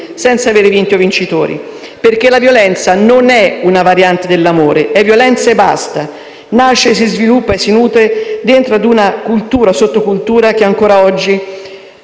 siano vinti o vincitori. La violenza non è una variante dell'amore: è violenza e basta. Nasce, si sviluppa e si nutre dentro una cultura o sottocultura che ancora oggi